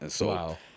Wow